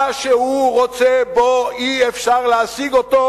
מה שהוא רוצה בו אי-אפשר להשיג אותו,